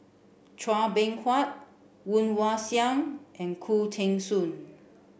chua Beng Huat Woon Wah Siang and Khoo Teng Soon